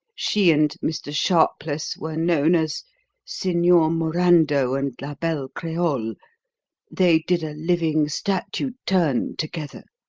she and mr. sharpless were known as signor morando and la belle creole' they did a living statue turn together.